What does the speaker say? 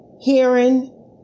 Hearing